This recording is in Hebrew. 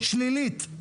שלילית.